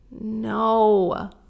no